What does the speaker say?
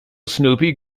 snoopy